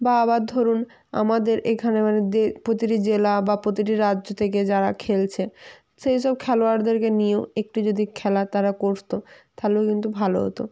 বা আবার ধরুন আমাদের এখানে মানে প্রতিটি জেলা বা প্রতিটি রাজ্য থেকে যারা খেলছে সেই সব খেলোয়াড়দেরকে নিয়েও একটু যদি খেলা তারা করত তাহলেও কিন্তু ভালো হতো